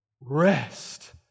Rest